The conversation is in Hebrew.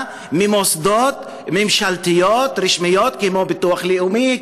ממוסדות ממשלתיים רשמיים כמו ביטוח לאומי,